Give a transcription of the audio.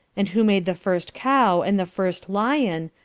and who made the first cow, and the first lyon,